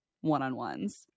one-on-ones